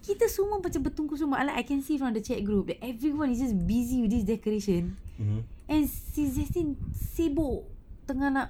kita semua macam bertungkus lumus like I can see from the chat group that everyone is just busy with this decoration and si justin sibuk tengah nak